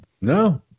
No